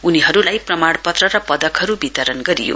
उनीहरूलाई प्रमाणपत्र र पदकहरू वितरण गरियो